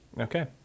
Okay